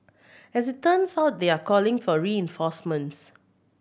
as it turns out they are calling for reinforcements